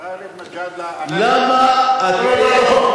גאלב מג'אדלה, למה אתם לא,